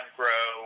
grow